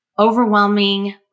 overwhelming